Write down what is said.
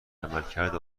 عملکرد